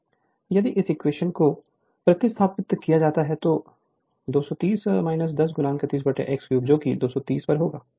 Refer Slide Time 2848 यदि इस equation को प्रतिस्थापित किया जाता है तो x230 1030x3 230 पर होगा